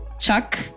Chuck